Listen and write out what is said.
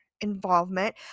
involvement